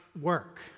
work